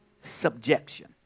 subjection